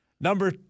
Number